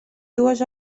dues